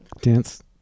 dance